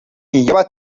iloba